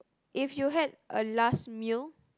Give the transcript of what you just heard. if you had a last meal